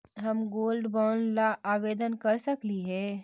हम gold bond ला आवेदन कर सकली हे?